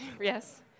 Yes